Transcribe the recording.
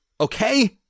okay